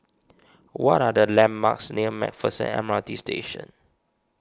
what are the landmarks near MacPherson M R T Station